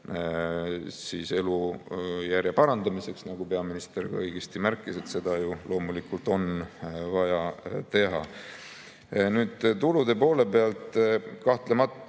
elujärje parandamiseks. Nagu peaminister õigesti märkis, seda ju loomulikult on vaja teha. Tulude poole pealt kahtlemata